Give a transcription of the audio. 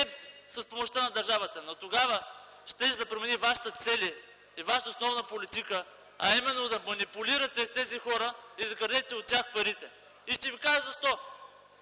с помощта на държавата. Но това щеше да промени вашите цели и вашата основна политика, а именно да манипулирате тези хора и да крадете от тях парите. Ще Ви кажа защо.